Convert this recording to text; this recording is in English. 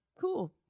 cool